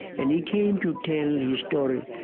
and he came to tell his story.